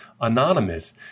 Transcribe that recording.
anonymous